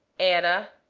and